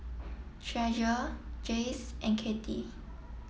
Treasure Jace and Cathie